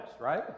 right